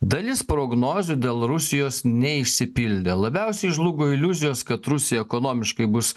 dalis prognozių dėl rusijos neišsipildė labiausiai žlugo iliuzijos kad rusija ekonomiškai bus